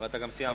ואתה גם סיימת.